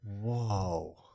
Whoa